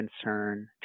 concern